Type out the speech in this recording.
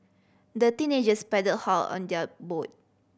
the teenagers paddled hard on their boat